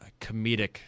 comedic